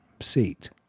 seat